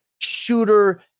shooter